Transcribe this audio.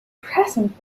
present